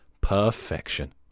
Perfection